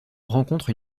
rencontre